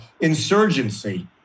insurgency